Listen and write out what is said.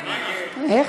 במליאה,